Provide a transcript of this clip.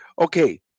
Okay